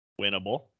winnable